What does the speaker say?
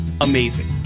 amazing